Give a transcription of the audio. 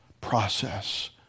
process